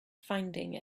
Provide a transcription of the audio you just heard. finding